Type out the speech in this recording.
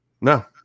No